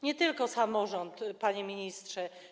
Nie tylko samorząd, panie ministrze.